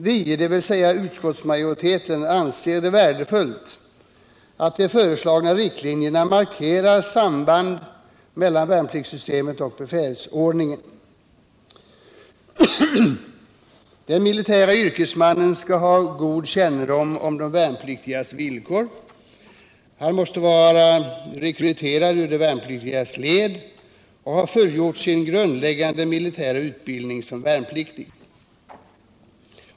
Vi, dvs. utskottsmajoriteten, anser det värdefullt att de föreslagna riktlinjerna markerar sambandet mellan värnpliktssystemet och befälsordningen. Den militära yrkesmannen skall ha god kännedom om de värnpliktigas villkor. Han måste vara rekryterad ur de värnpliktigas led och ha fullgjort sin grundläggande militära utbildning som värnpliktig.